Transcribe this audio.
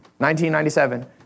1997